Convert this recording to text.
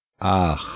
Ach